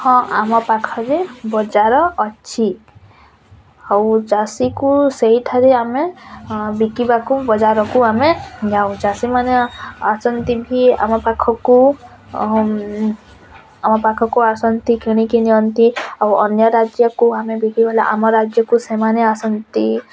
ହଁ ଆମ ପାଖରେ ବଜାର ଅଛି ଆଉ ଚାଷୀକୁ ସେଇଠାରେ ଆମେ ବିକିବାକୁ ବଜାରକୁ ଆମେ ଯାଉ ଚାଷୀମାନେ ଆସନ୍ତି କି ଆମ ପାଖକୁ ଆମ ପାଖକୁ ଆସନ୍ତି କିଣିକି ନିଅନ୍ତି ଆଉ ଅନ୍ୟ ରାଜ୍ୟକୁ ଆମେ ବି ଗଲେ ଆମ ରାଜ୍ୟକୁ ସେମାନେ ଆସନ୍ତି